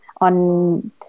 on